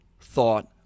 thought